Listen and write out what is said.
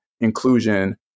inclusion